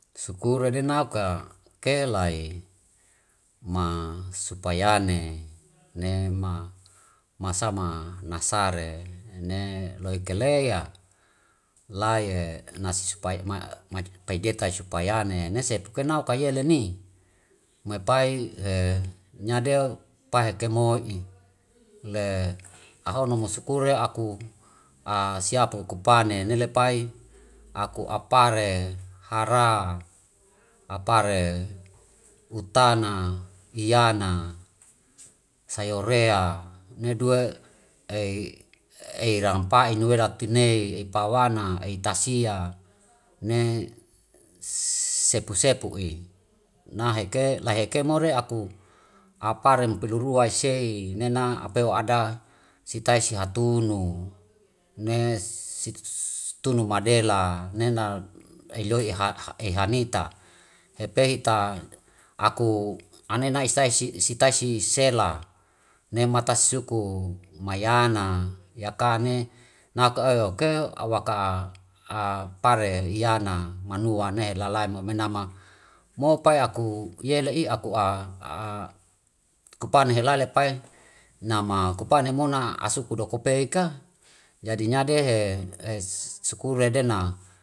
Sukure de nau ka kelai ma supayane nema masama nasare ene loi ka leya lai nasi supai ma pai detai supayane nese pukenau ka yele ni mapai nya deo pa heke moi'i. Le ahono se mo sukure aku sia pukupane nele pai aku apare hara apare hutana iyana sayorea ne due ei rampa inuela tinei ei pawana ei tasia ne sepu sepu'i. Na heke la heke more aku apare mo pelurua wai sei nena apewa ada sitai si hatunu ne si tunu madela nena ei loi eha nita epe hita aku anena nai istai si sitaisi sela namata suku mayana yakane nau ke eho ke awaka pare iyana manua ne lalai mo menama. Mo pai aku yele'i, aku kupana hela lepai nama kupane mona asuku doku pei ka jadi nya dehe sukure dena.